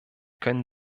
können